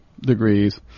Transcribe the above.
degrees